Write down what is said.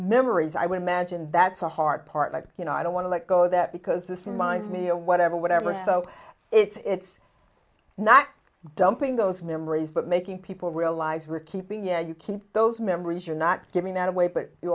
memories i would imagine that's a hard part like you know i don't want to let go of that because this reminds me of whatever whatever so it's not dumping those memories but making people realize we're keeping yeah you keep those memories you're not giving that away but you